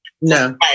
No